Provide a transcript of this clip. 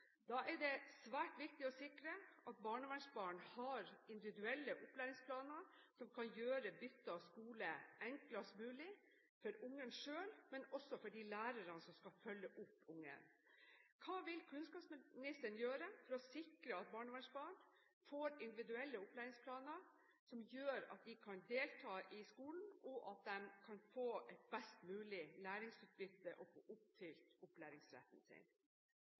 Da er det svært viktig å sikre at barnevernsbarn har individuelle opplæringsplaner som kan gjøre bytte av skole enklest mulig, for ungen selv, men også for de lærerne som skal følge opp ungen. Hva vil kunnskapsministeren gjøre for å sikre at barnevernsbarn får individuelle opplæringsplaner som gjør at de kan delta i skolen, kan få et best mulig læringsutbytte og få oppfylt opplæringsretten sin?